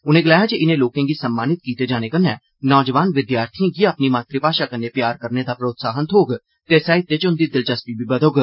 उनें गलाया जे इनें लोकें गी सम्मानित कीते जाने कन्नै नौजवान विद्यार्थिएं गी अपनी मातृ भाषा कन्नै प्यार करने दा प्रोत्साहन थ्होग ते साहित्य च उंदी दिलचस्पी बी बघोग